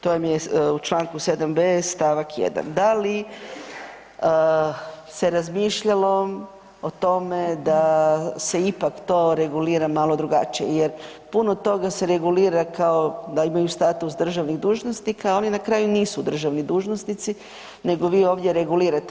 To vam je u Članku 7b. stavak 1., da li se razmišljalo o tome da se ipak to regulira malo drugačije, jer puno toga se regulira kao da imaju status državnih dužnosnika, a oni na kraju nisu državni dužnosnici nego vi ovdje regulirate.